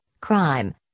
Crime